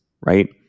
right